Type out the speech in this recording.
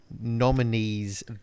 nominees